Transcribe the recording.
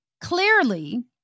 Clearly